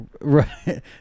Right